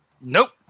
Nope